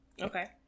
Okay